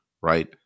right